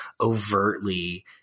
overtly